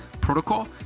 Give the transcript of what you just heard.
protocol